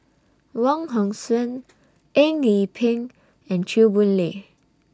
Wong Hong Suen Eng Yee Peng and Chew Boon Lay